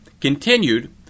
continued